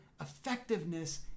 effectiveness